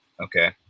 okay